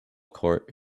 court